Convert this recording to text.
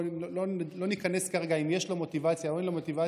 לא ניכנס כרגע לאם יש לו מוטיבציה או אין לו מוטיבציה,